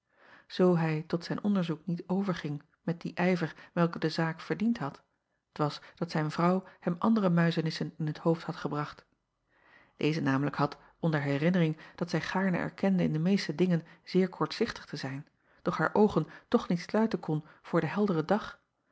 oo hij tot zijn onderzoek niet overging met dien ijver welken de zaak verdiend had t was dat zijn vrouw hem andere muizenissen in t hoofd had gebracht eze namelijk had onder herinnering dat zij gaarne erkende in de meeste dingen zeer kortzichtig te zijn doch haar oogen toch niet sluiten kon voor den helderen dag